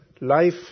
life